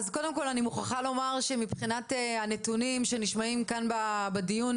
קודם כול אני מוכרחה לומר שמבחינת הנתונים שנשמעים כאן בדיון,